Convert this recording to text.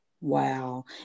Wow